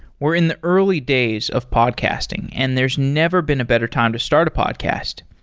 we're in the early days of podcasting, and there's never been a better time to start a podcast.